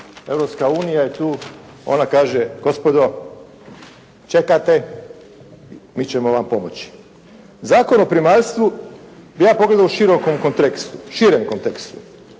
je tu, ona kaže gospodo čekate, mi ćemo vam pomoći. Zakon o primaljstvu bi ja pogledao u širem kontekstu. Govorili